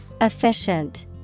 Efficient